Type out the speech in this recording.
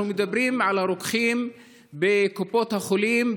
אנחנו מדברים על הרוקחים בקופות החולים,